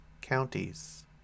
counties